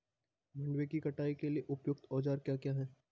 मंडवे की कटाई के लिए उपयुक्त औज़ार क्या क्या हैं?